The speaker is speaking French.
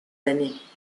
années